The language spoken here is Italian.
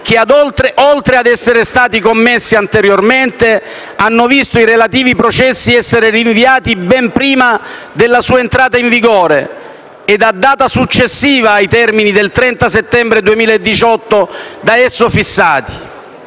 che, oltre ad esser stati commessi anteriormente, hanno visto i relativi processi essere rinviati ben prima della sua entrata in vigore, ed a data successiva ai termini del 30 settembre 2018 da esso fissati».